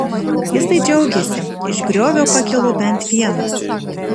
jisai džiaugėsi iš griovio pakilo bent vienas